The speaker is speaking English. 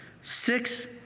Six